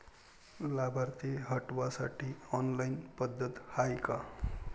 लाभार्थी हटवासाठी ऑनलाईन पद्धत हाय का?